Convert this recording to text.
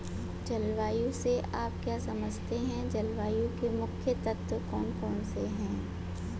जलवायु से आप क्या समझते हैं जलवायु के मुख्य तत्व कौन कौन से हैं?